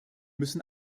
müssen